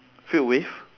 filled with